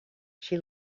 she